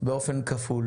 באופן כפול